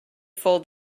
full